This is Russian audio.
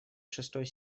шестой